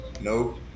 nope